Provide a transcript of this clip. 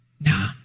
Nah